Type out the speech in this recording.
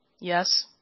Yes